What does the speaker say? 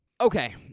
Okay